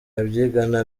abyigana